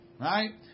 right